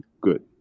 good